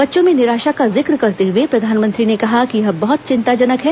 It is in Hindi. बच्चों में निराशा का जिक्र करते हए प्रधानमंत्री ने कहा कि यह बहत चिंताजनक है